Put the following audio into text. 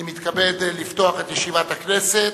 אני מתכבד לפתוח את ישיבת הכנסת.